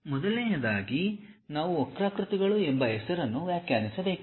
ಮೊದಲನೆಯದಾಗಿ ನಾವು ವಕ್ರಾಕೃತಿಗಳು ಎಂಬ ಹೆಸರನ್ನು ವ್ಯಾಖ್ಯಾನಿಸಬೇಕು